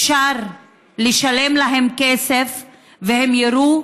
אפשר לשלם להן כסף והן יירו,